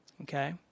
Okay